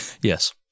yes